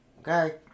Okay